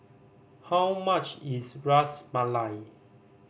how much is Ras Malai